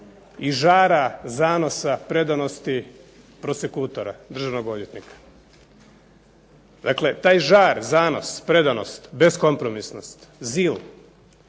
i žara, zanosa, predanosti prosekutora, državnog odvjetnika. Dakle, taj žar, zanos, predanost, beskompromisnost, to